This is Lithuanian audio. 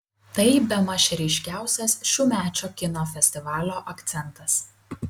tai bemaž ryškiausias šiųmečio kino festivalio akcentas